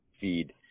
feed